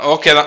Okay